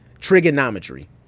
trigonometry